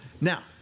Now